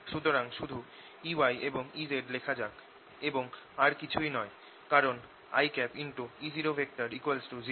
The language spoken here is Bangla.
সুতরাং শুধু Ey এবং Ez লেখা যাক এবং আর কিছুই নয় কারণ i E00